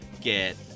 get